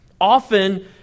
Often